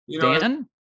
Dan